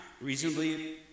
reasonably